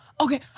okay